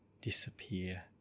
disappear